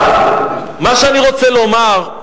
מה שאני רוצה לומר,